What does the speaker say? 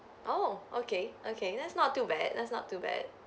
oh okay okay that's not too bad that's not too bad